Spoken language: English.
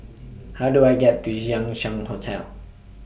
How Do I get to Chang Ziang Hotel